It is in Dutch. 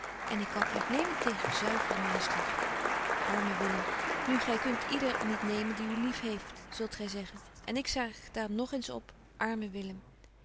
en ik kan uitnement tegen de zuivere maaslucht arme willem nu gy kunt yder niet nemen die u lief heeft zult gy zeggen en ik zeg daar nog eens op arme willem